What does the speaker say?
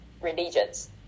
religions